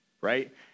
right